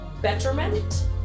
betterment